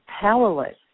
powerless